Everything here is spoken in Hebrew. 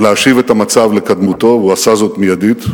להשיב את המצב לקדמותו, הוא עשה זאת מיידית,